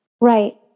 Right